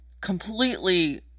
completely